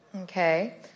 Okay